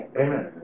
Amen